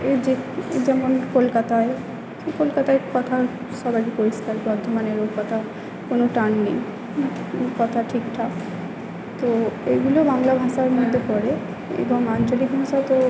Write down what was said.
এই যে যেমন কলকাতায় কলকাতার কথা সবারই পরিষ্কার বর্ধমানেরও কতা কোনো টান নেই কথা ঠিক ঠাক তো এইগুলো বাংলা ভাষার মধ্যে পড়ে এবং আঞ্চলিক ভাষায় তো